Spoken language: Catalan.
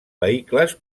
vehicles